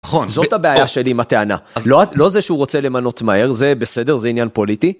נכון, זאת הבעיה שלי עם הטענה, לא זה שהוא רוצה למנות מהר זה בסדר זה עניין פוליטי.